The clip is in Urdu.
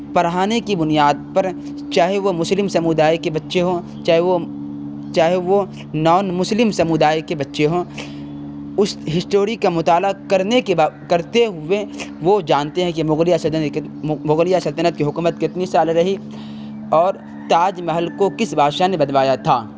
پڑھانے کی بنیاد پر چاہے وہ مسلم سمودائے کے بچے ہوں چاہے وہ چاہے وہ نان مسلم سمودائے کے بچے ہوں اس ہسڑی کا مطالعہ کرنے کے کرتے ہوئے وہ جانتے ہیں کہ مغلیہ مغلیہ سلطنت کی حکومت کتنی سال رہی اور تاج محل کو کس بادشاہ نے بنوایا تھا